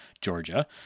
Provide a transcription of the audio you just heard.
Georgia